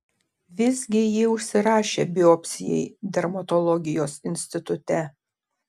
visgi ji užsirašė biopsijai dermatologijos institute